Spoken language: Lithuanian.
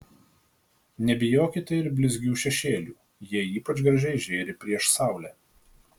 nebijokite ir blizgių šešėlių jie ypač gražiai žėri prieš saulę